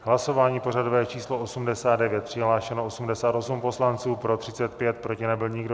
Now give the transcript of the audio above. V hlasování pořadové číslo 89 přihlášen 88 poslanců, pro 35, proti nebyl nikdo.